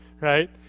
right